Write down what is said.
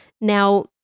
Now